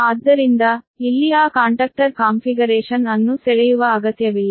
ಆದ್ದರಿಂದ ಇಲ್ಲಿ ಆ ಕಾಂಟಕ್ಟರ್ ಕಾನ್ಫಿಗರೇಶನ್ ಅನ್ನು ಸೆಳೆಯುವ ಅಗತ್ಯವಿಲ್ಲ